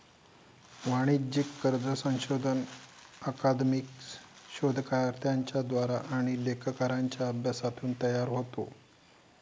वाणिज्यिक कर्ज संशोधन अकादमिक शोधकर्त्यांच्या द्वारा आणि लेखाकारांच्या अभ्यासातून तयार होता